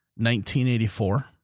1984